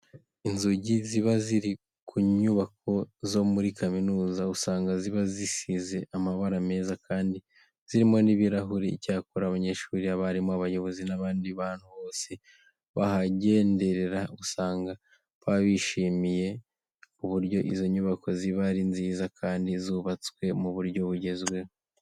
Inzugi ziba ziri ku nyubako zo muri kaminuza usanga ziba zisize amabara meza kandi zirimo n'ibirahure. Icyakora abanyeshuri, abarimu, abayobozi n'abandi bantu bose bahagenderera usanga baba bishimiye uburyo izo nyubako ziba ari nziza kandi zubatswe mu buryo bugezweho.